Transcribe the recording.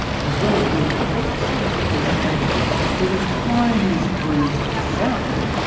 and as well as being exquisitely sensitive to the tiniest breeze or sound,